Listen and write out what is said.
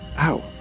Ow